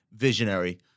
Visionary